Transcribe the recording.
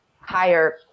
higher